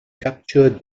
capture